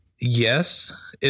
Yes